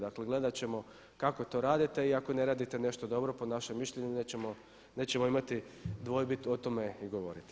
Dakle, gledat ćemo kako to radite i ako ne radite nešto dobro po našem mišljenju nećemo imati dvojbi o tome i govoriti.